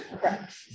Correct